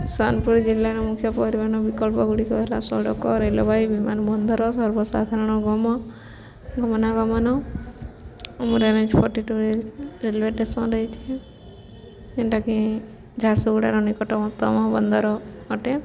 ସୋନପୁର୍ ଜିଲ୍ଲାର ମୁଖ୍ୟ ପରିବହନ ବିକଳ୍ପଗୁଡ଼ିକ ହେଲା ସଡ଼କ ରେଲବାଇ ବିମାନ ବନ୍ଦର ସର୍ବସାଧାରଣ ଗମନାଗମନ ଆମର ଏନ୍ ଏଚ୍ ଫର୍ଟିଟୁରେ ରେଲ୍ୱେ ଷ୍ଟେସନ୍ ରହିଛିି ଯେନ୍ଟାକି ଝାରସୁଗୁଡ଼ାର ନିକଟମତମ ବନ୍ଦର ଅଟେ